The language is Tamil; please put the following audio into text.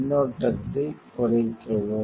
மின்னோட்டத்தைக் குறைக்கவும்